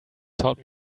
taught